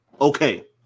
Okay